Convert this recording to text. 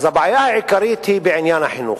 אז הבעיה העיקרית היא בעניין החינוך,